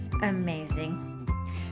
amazing